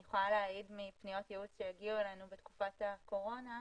אני יכולה להעיד מפניות שהגיעו אלינו בתקופת הקורונה,